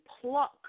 pluck